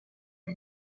and